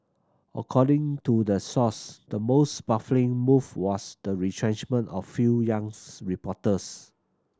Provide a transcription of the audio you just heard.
according to the source the most baffling move was the retrenchment of few youngs reporters